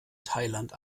thailand